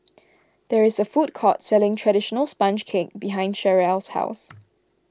there is a food court selling Traditional Sponge Cake behind Cherrelle's house